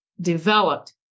developed